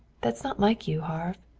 that's not like you, harve.